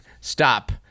stop